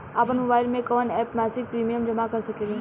आपनमोबाइल में कवन एप से मासिक प्रिमियम जमा कर सकिले?